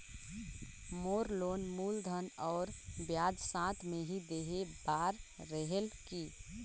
मोर loan मूलधन और ब्याज साथ मे ही देहे बार रेहेल की?